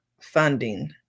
funding